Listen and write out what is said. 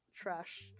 trash